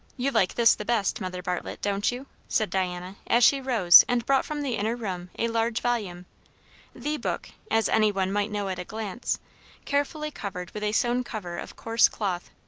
you like this the best, mother bartlett, don't you? said diana, as she rose and brought from the inner room a large volume the book, as any one might know at a glance carefully covered with a sewn cover of coarse cloth.